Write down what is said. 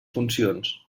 funcions